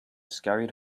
scurried